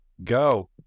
go